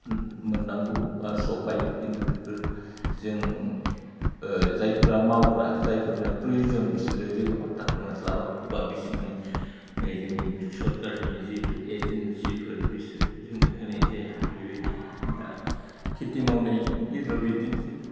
मोननांगौ आर सफायो खिन्थु बेफोर जों जायफ्रा मावग्रा जायफोरनो प्रयजन बिसोरो जेबो फात्ताखौनो मोनस्लाबा बा बिसोरनो जोंनि सरखारनि जिहैथु एजेनसिफोर बिसोरो जोंनो होनाय जाया बेबायदि दा खेथि मावनायनि गेजेराव बिदिनोसै